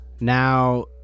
Now